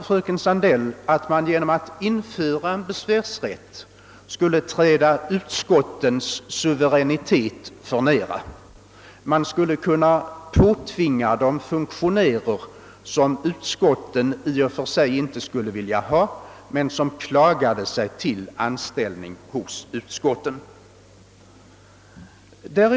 Fröken Sandell menar att man genom att införa en besvärsrätt skulle träda utskottens suveränitet för nära. Man skulle kunna påtvinga dem funktionärer som utskotten i och för sig inte skulle vilja ha men som klagade sig till anställning hos utskotten.